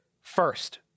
First